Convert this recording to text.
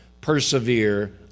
persevere